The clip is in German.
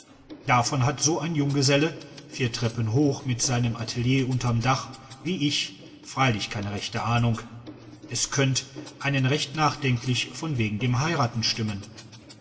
davon hat so ein junggeselle vier treppen hoch mit seinem atelier unterm dach wie ich freilich keine rechte ahnung es könnt einen recht nachdenklich von wegen dem heiraten stimmen